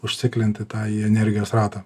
užciklinti tą į energijos ratą